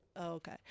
okay